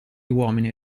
uomini